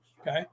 okay